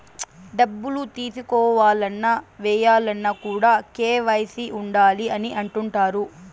డబ్బులు తీసుకోవాలన్న, ఏయాలన్న కూడా కేవైసీ ఉండాలి అని అంటుంటారు